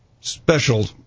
special